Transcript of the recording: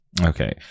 Okay